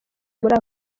muri